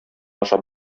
ашап